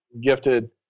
gifted